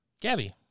gabby